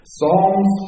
Psalms